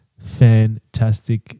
fantastic